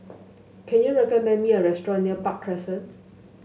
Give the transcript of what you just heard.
can you recommend me a restaurant near Park Crescent